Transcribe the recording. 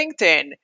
LinkedIn